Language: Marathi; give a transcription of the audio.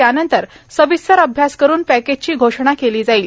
त्यानंतर सविस्तर अभ्यास करून पॅकेजची घोषणा केली जाईल